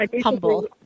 humble